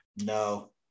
No